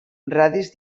radis